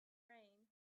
rain